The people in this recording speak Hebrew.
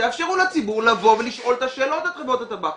תאפשרו לציבור לבוא ולשאול את השאלות את חברות הטבק,